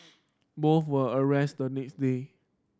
both were arrested the next day